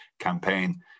campaign